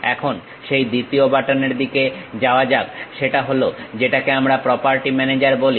এখন সেই দ্বিতীয় বাটন এর দিকে যাওয়া যাক সেটা হলো যেটাকে আমরা প্রপার্টি ম্যানেজার বলি